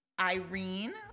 Irene